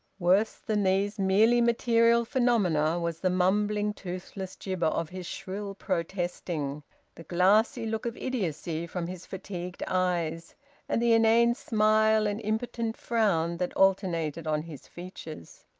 worse than these merely material phenomena was the mumbling toothless gibber of his shrill protesting the glassy look of idiocy from his fatigued eyes and the inane smile and impotent frown that alternated on his features.